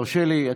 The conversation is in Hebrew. תרשה לי,